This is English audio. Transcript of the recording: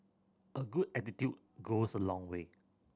a good attitude goes a long way